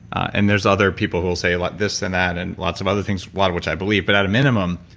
and there's other people who will say this and that and lots of other things, a lot of which i believe. but, at a minimum,